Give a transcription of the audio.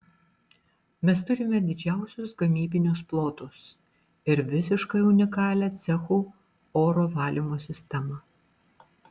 mes turime didžiausius gamybinius plotus ir visiškai unikalią cechų oro valymo sistemą